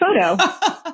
photo